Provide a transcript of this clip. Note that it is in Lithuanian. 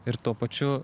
ir tuo pačiu